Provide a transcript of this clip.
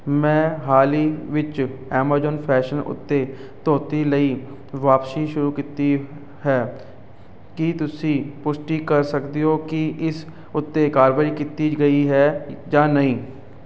ਮੈਂ ਹਾਲ ਹੀ ਵਿੱਚ ਐਮਾਜ਼ਾਨ ਫੈਸ਼ਨ ਉੱਤੇ ਧੋਤੀ ਲਈ ਵਾਪਸੀ ਸ਼ੁਰੂ ਕੀਤੀ ਹੈ ਕੀ ਤੁਸੀਂ ਪੁਸ਼ਟੀ ਕਰ ਸਕਦੇ ਹੋ ਕਿ ਇਸ ਉੱਤੇ ਕਾਰਵਾਈ ਕੀਤੀ ਗਈ ਹੈ ਜਾਂ ਨਹੀਂ